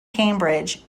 cambridge